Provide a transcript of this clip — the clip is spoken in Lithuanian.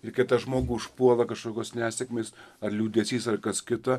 ir kitą žmogų užpuola kažkokios nesėkmės ar liūdesys ar kas kita